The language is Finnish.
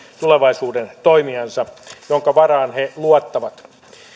tulevaisuuden toimijansa jonka varaan he luottavat